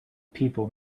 people